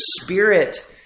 Spirit